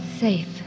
Safe